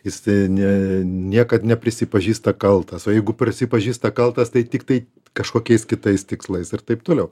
jis ne niekad neprisipažįsta kaltas o jeigu prisipažįsta kaltas tai tiktai kažkokiais kitais tikslais ir taip toliau